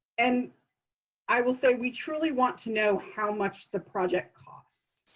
and i will say we truly want to know how much the project costs.